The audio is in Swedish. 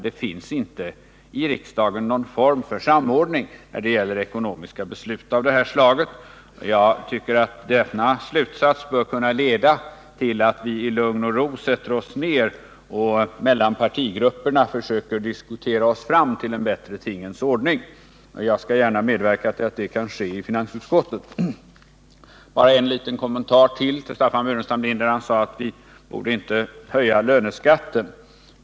Det finns inte i riksdagen någon form för samordning när det gäller ekonomiska beslut av det här slaget. Jag tycker att denna slutsats bör kunna leda till att vi i lugn och ro sätter oss ner och mellan partigrupperna försöker diskutera oss fram till en bättre tingens ordning. Jag skall gärna medverka till att det kan ske i finansutskottet. Nr 54 Ytterligare en liten kommentar till Staffan Burenstam Linders inlägg. Han Torsdagen den sade att vi inte borde höja löneskatten.